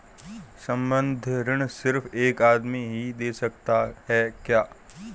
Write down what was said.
संबंद्ध ऋण सिर्फ एक आदमी ही दे सकता है क्या?